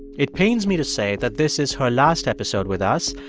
it pains me to say that this is her last episode with us.